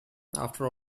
after